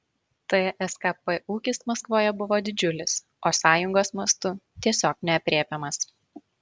tskp ūkis maskvoje buvo didžiulis o sąjungos mastu tiesiog neaprėpiamas